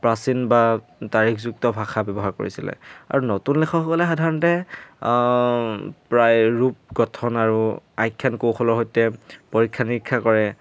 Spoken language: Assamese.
প্ৰাচীন বা তাৰিখযুক্ত ভাষা ব্যৱহাৰ কৰিছিলে আৰু নতুন লেখকসকলে সাধাৰণতে প্ৰায় ৰূপ গঠন আৰু আখ্যান কৌশলৰ সৈতে পৰীক্ষা নিৰীক্ষা কৰে